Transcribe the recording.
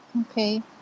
okay